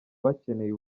bakeneye